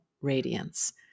radiance